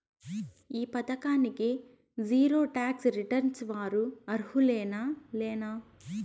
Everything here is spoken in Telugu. ఈ పథకానికి జీరో టాక్స్ రిటర్న్స్ వారు అర్హులేనా లేనా?